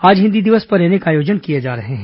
आज हिन्दी दिवस पर अनेक आयोजन किए जा रहे हैं